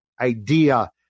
idea